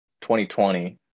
2020